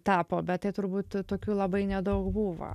tapo bet tai turbūt tokių labai nedaug buvo